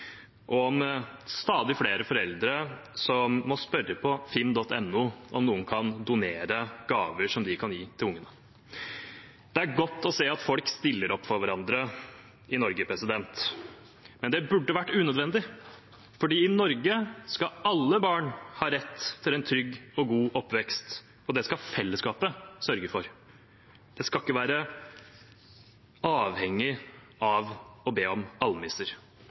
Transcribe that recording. og om stadig flere foreldre som må spørre på finn.no om noen kan donere gaver som de kan gi til ungene. Det er godt å se at folk stiller opp for hverandre i Norge, men det burde vært unødvendig, for i Norge skal alle barn ha rett til en trygg og god oppvekst, og det skal fellesskapet sørge for. En skal ikke være avhengig av å be om